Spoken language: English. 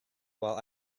while